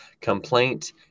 complaint